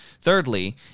Thirdly